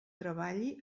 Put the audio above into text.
treballi